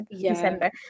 December